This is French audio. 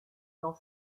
dans